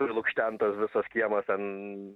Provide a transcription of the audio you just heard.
prilukštenta visas kiemas ten